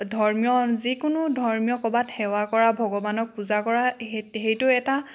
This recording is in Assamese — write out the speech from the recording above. ধৰ্মীয় যিকোনো ধৰ্মীয় ক'ৰবাত সেৱা কৰা ভগৱানক পূজা কৰা সেইটো এটা